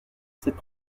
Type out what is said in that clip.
cette